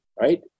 right